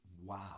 Wow